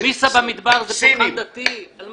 --- במדבר זה פולחן דתי?